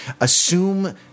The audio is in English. assume